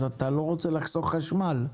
אתה לא רוצה לחסוך חשמל,